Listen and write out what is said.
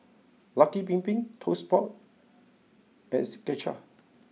Lucky Bin Bin Toast Box and Skechers